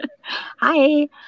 Hi